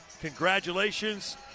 congratulations